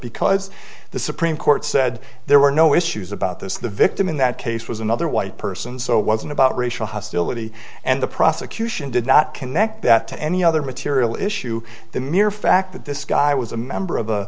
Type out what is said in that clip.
because the supreme court said there were no issues about this the victim in that case was another white person so it wasn't about racial hostility and the prosecution did not connect that to any other material issue the mere fact that this guy was a member of the